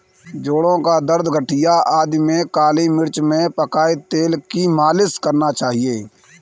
जोड़ों का दर्द, गठिया आदि में काली मिर्च में पकाए तेल की मालिश करना चाहिए